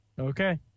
Okay